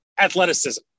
athleticism